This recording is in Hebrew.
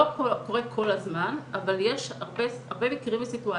קורה כל הזמן אבל יש הרבה מקרים וסיטואציות.